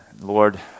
Lord